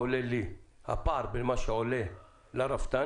הפער בין מה שעולה לרפתן